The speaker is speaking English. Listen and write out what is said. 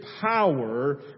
power